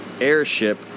airship